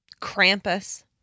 Krampus